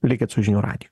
likit su žinių radiju